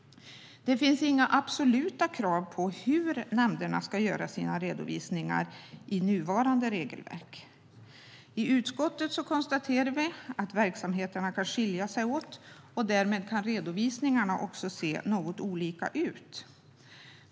Det finns inga absoluta krav i nuvarande regelverk på hur nämnderna ska göra sina redovisningar. I utskottet konstaterar vi att verksamheterna skiljer sig åt och att redovisningarna därmed kan se något olika ut.